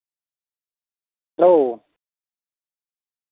hello